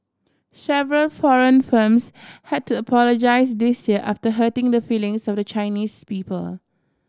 several foreign firms had to apologise this year after hurting the feelings of the Chinese people